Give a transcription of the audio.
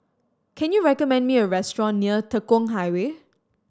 can you recommend me a restaurant near Tekong Highway